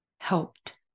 helped